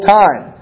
time